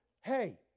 hey